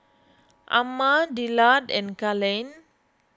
Amma Dillard and Kellen